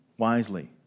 wisely